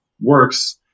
works